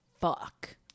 fuck